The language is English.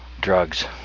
drugs